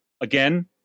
again